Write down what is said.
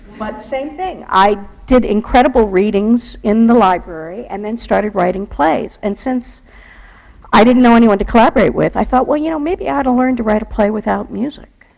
but same thing. i did incredible readings in the library and then started writing plays. and since i didn't know anyone to collaborate with, i thought, well, you know, maybe i ought to learn to write a play without music.